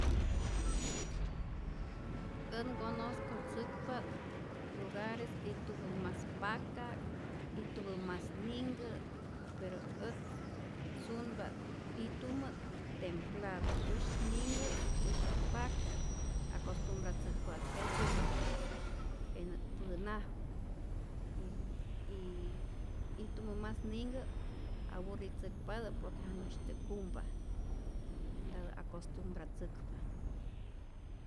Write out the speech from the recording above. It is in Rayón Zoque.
Ät ngonoskatzäkpa't lugares ijtumä mas paka'k, ijtumä mas ninhkä, pero ät sunpat ijtumä't templado usyäk ninhkä, usyäk paka'k, acostumbratzäjku'at jejtzye por que jenä't pä'naju mmjä, y ijtumä mas ninhkä aburritzäkpatä por que janu'sytyä kumpa y ntatä acostumbratzäkpa.